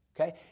Okay